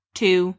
two